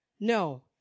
No